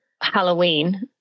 Halloween